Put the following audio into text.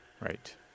Right